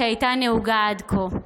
שהייתה נהוגה עד כה.